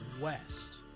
West